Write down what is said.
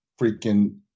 freaking